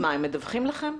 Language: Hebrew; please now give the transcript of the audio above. אז מה, הם מדווחים לכם?